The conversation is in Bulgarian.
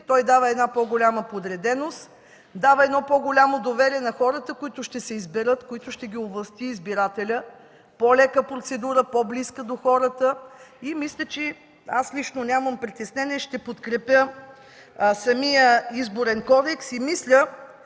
той дава една по-голяма подреденост, дава едно по-голямо доверие на хората, които ще се изберат, които ще ги овласти избирателят, по-лека процедура, по-близка до хората и мисля че, аз лично нямам притеснения, ще подкрепя самия Изборен кодекс. Мисля,